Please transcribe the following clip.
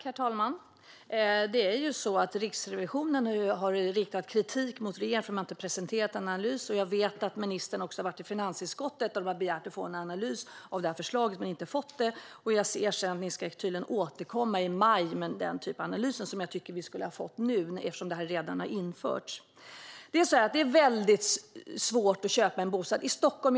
Herr talman! Riksrevisionen har riktat kritik mot regeringen för att man inte har presenterat en analys. Jag vet att ministern också har varit i finansutskottet, där vi har begärt att få en analys av förslaget men inte fått det. Ni ska tydligen återkomma i maj med den typanalys som jag tycker att vi skulle ha fått nu, eftersom amorteringskravet redan har införts. Det är väldigt svårt att köpa en bostad i Stockholm.